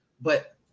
But-